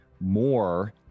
more